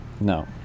No